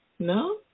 No